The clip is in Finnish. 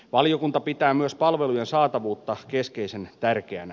valiokunta pitää myös palvelujen saatavuutta keskeisen tärkeänä